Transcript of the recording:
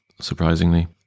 surprisingly